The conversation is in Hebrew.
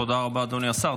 תודה רבה, אדוני השר.